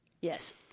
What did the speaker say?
Yes